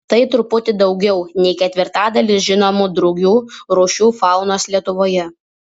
tai truputį daugiau nei ketvirtadalis žinomų drugių rūšių faunos lietuvoje